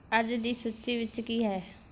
ਅੱਜ ਦੀ ਸੂਚੀ ਵਿੱਚ ਕੀ ਹੈ